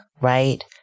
right